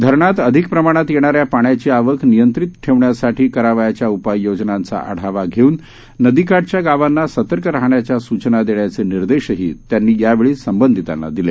धरणात अधिक प्रमाणात येणाऱ्या पाण्याची आवक नियंत्रित ठेवण्यासाठी करावयाच्या उपाययोजनांचा आढावा घेऊन नदीकाठच्या गावांना सतर्क राहण्याच्या सूचना देण्याचे निर्देशही त्यांनी यावेळी संबंधितांना दिले